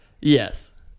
Yes